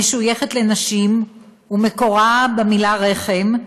המשויכת לנשים ומקורה במילה רחם,